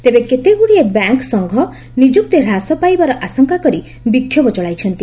ତେବେ କେତେଗୁଡିଏ ବ୍ୟାଙ୍କ ସଂଘ ନିଯୁକ୍ତି ହ୍ରାସ ପାଇବାର ଆଶଙ୍କା କରି ବିକ୍ଷୋଭ ଚଳାଇଛନ୍ତି